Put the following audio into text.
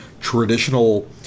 traditional